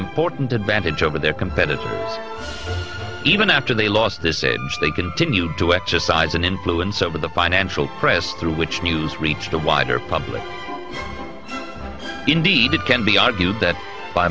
important advantage over their competitors even after they lost this age they continued to exercise an influence over the financial press through which news reached a wider public indeed it can be argued that by